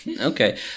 okay